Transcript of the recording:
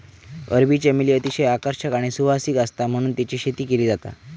अरबी चमेली अतिशय आकर्षक आणि सुवासिक आसता म्हणून तेची शेती केली जाता